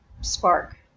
Spark